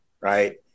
right